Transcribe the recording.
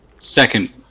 second